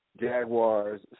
Jaguars